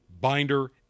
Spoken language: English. binder